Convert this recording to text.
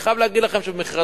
אני חייב להגיד שבמכרזים,